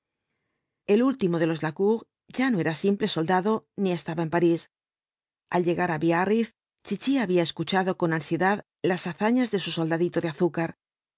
el último de los lacour ya no era simple soldado ni estaba en parís al llegar de biarritz chichi había escuchado coa ansiedad las hazañas de su soldadito de azúcar